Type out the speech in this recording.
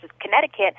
Connecticut